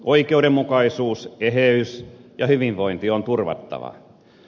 oikeudenmukaisuus eheys ja hyvinvointi on turvattava